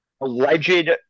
alleged